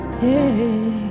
hey